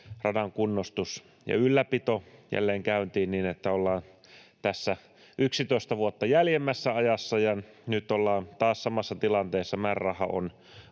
radan kunnostus ja ylläpito jälleen käyntiin niin, että ollaan tässä 11 vuotta jäljemmässä ajassa — ja nyt ollaan taas samassa tilanteessa, määräraha on